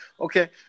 Okay